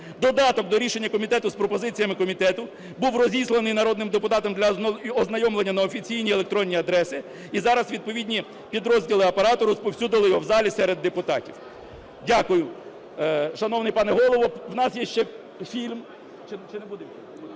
Додаток до рішення комітету з пропозиціями комітету був розісланий народним депутатам для ознайомлення на офіційні електронні адреси, і зараз відповідні підрозділи Апарату розповсюдили його в залі серед депутатів. Дякую. Шановний пане Голово,